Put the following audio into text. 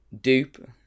dupe